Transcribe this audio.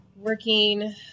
working